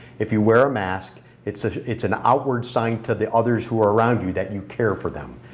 if you wear a mask it's it's an outward sign to the others who are around you that you care for them,